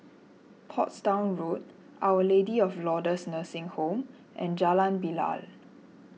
Portsdown Road Our Lady of Lourdes Nursing Home and Jalan Bilal